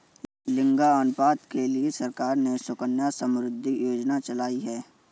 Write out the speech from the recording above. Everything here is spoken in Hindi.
लिंगानुपात के लिए सरकार ने सुकन्या समृद्धि योजना चलाई है